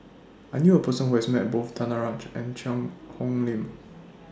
I knew A Person Who has Met Both Danaraj and Cheang Hong Lim